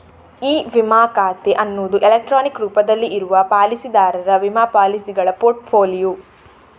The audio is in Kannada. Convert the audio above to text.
ಇ ವಿಮಾ ಖಾತೆ ಅನ್ನುದು ಎಲೆಕ್ಟ್ರಾನಿಕ್ ರೂಪದಲ್ಲಿ ಇರುವ ಪಾಲಿಸಿದಾರರ ವಿಮಾ ಪಾಲಿಸಿಗಳ ಪೋರ್ಟ್ ಫೋಲಿಯೊ